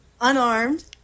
unarmed